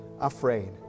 afraid